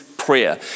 prayer